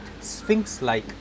sphinx-like